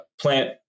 plant